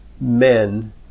men